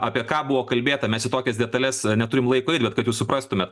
apie ką buvo kalbėta mes į tokias detales neturim laiko bet kad jūs suprastumėt